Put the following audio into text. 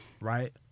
right